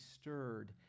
stirred